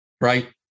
right